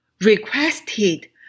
requested